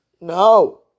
No